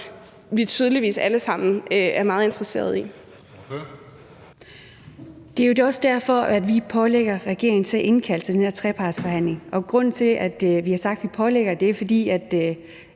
Kl. 10:42 Anne Honoré Østergaard (V): Det er jo også derfor, vi pålægger regeringen at indkalde til den her trepartsforhandling. Og grunden til, at vi har sagt, at vi pålægger dem det, er, at